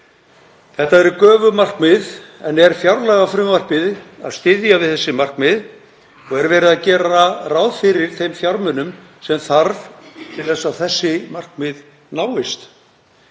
Þetta eru göfug markmið en er fjárlagafrumvarpið að styðja við þessi markmið og er verið að gera ráð fyrir þeim fjármunum sem þarf til að þessi markmið náist?